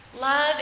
Love